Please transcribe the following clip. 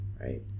right